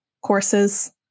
courses